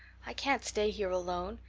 i can't stay here alone.